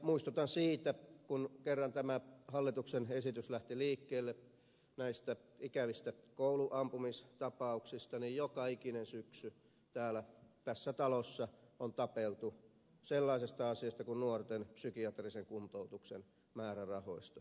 muistutan siitä kun kerran tämä hallituksen esitys lähti liikkeelle näistä ikävistä kouluampumistapauksista että joka ikinen syksy täällä tässä talossa on tapeltu sellaisesta asiasta kuin nuorten psykiatrisen kuntoutuksen määrärahoista